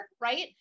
right